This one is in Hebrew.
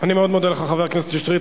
תודה, חבר הכנסת שטרית.